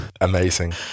Amazing